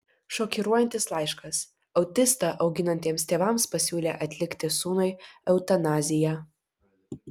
šokiruojantis laiškas autistą auginantiems tėvams pasiūlė atlikti sūnui eutanaziją